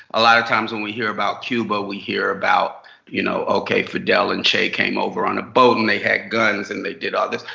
a lot of times, when we hear about cuba, we hear about you know okay, fidel and che came over on a boat and they had guns and they did all this.